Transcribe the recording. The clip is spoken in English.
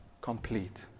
complete